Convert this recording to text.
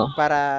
para